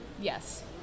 Yes